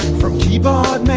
from keyboard